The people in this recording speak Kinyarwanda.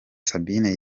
sabine